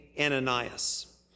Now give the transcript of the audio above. Ananias